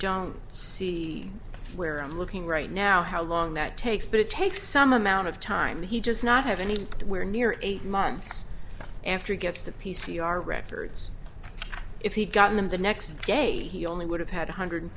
don't see where i'm looking right now how long that takes but it takes some amount of time he just not have any where near eight months after it gets to p c r records if he'd gotten them the next day he only would have had one hundred